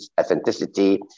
authenticity